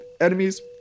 enemies